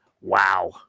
wow